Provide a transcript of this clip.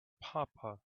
papa